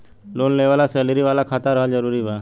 Loan लेवे ला salary वाला खाता रहल जरूरी बा?